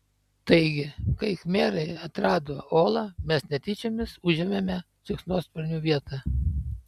taigi kai khmerai atrado olą mes netyčiomis užėmėme šikšnosparnių vietą